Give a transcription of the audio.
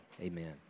Amen